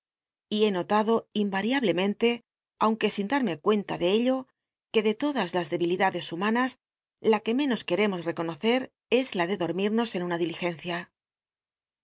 y he notado inmriablementc aunque sin darme cuenta ele ello que de todas las debilidades humanns la que menos quet emos reconocer es la do clormirnos en una diligencia